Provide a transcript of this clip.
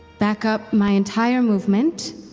back up my entire movement